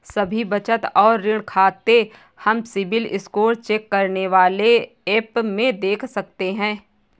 सभी बचत और ऋण खाते हम सिबिल स्कोर चेक करने वाले एप में देख सकते है